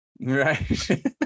Right